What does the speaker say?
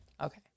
Okay